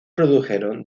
produjeron